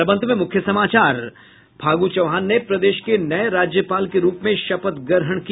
और अब अंत में मुख्य समाचार फागु चौहान ने प्रदेश के नये राज्यपाल के रूप में शपथ ग्रहण किया